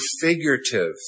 figurative